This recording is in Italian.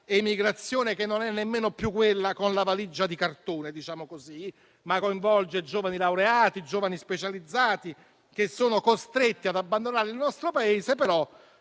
emigrazione che non è nemmeno più quella con la valigia di cartone, ma coinvolge giovani laureati, giovani specializzati che sono costretti ad abbandonare il nostro Paese. Ma